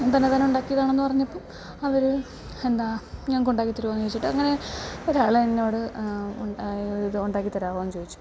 തന്നതാനെ ഉണ്ടാക്കിയതാണെന്നു പറഞ്ഞപ്പം അവർ എന്താ ഞങ്ങൾക്ക് ഉണ്ടാക്കി തരുമോയെന്നു ചോദിച്ചിട്ട് അങ്ങനെ ഒരാൾ എന്നോട് ഉൺ ഇത് ഉണ്ടാക്കി തരാമോയെന്നു ചോദിച്ചു